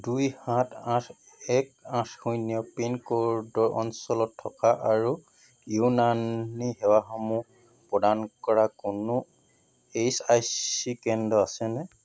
দুই সাত আঠ এক আঠ শূন্য পিনক'ডৰ অঞ্চলত থকা আৰু ইউনানী সেৱাসমূহ প্ৰদান কৰা কোনো এইচ আই চি কেন্দ্ৰ আছেনে